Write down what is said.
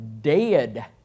dead